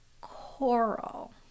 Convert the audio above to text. coral